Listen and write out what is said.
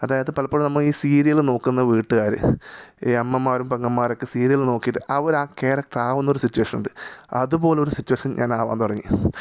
അതായത് പലപ്പോഴും നമ്മൾ ഈ സീരിയൽ നോക്കുന്ന വീട്ടുകാർ ഈ അമ്മമാരും പെങ്ങൾമാരൊക്കെ സീരിയൽ നോക്കിയിട്ട് അവർ ആ ക്യാരക്ടർ ആവുന്നൊരു സിറ്റുവേഷൻ ഉണ്ട് അതുപോലൊരു സിറ്റുവേഷൻ ഞാൻ ആവാൻ തുടങ്ങി